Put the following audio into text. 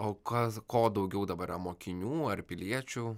o kas ko daugiau dabar yra mokinių ar piliečių